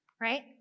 right